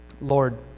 Lord